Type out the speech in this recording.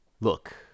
Look